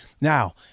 Now